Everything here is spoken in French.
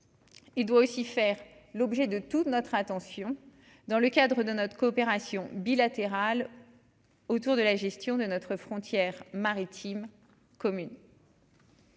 il doit aussi faire l'objet de toute notre attention, dans le cadre de notre coopération bilatérale autour de la gestion de notre frontière maritime commune.